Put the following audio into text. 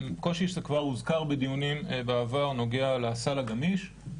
קושי שכבר הוזכר בדיונים בעבר נוגע לסל הגמיש,